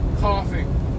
coughing